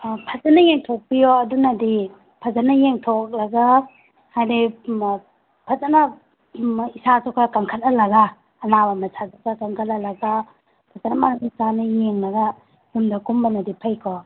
ꯑꯥ ꯐꯖꯅ ꯌꯦꯡꯊꯣꯛꯄꯤꯌꯣ ꯑꯗꯨꯅꯗꯤ ꯐꯖꯅ ꯌꯦꯡꯊꯣꯛꯂꯒ ꯍꯥꯏꯗꯤ ꯐꯖꯅ ꯏꯁꯥꯁꯨ ꯈꯔ ꯀꯟꯈꯠꯍꯜꯂꯒ ꯑꯅꯥꯕ ꯃꯁꯥ ꯈꯔ ꯀꯟꯈꯠꯍꯜꯂꯒ ꯐꯖꯅ ꯃꯥꯒꯤ ꯆꯥꯟꯅ ꯌꯦꯡꯉꯒ ꯌꯨꯝꯗ ꯀꯨꯝꯕꯅꯗꯤ ꯐꯩꯀꯣ